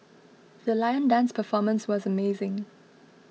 the lion dance performance was amazing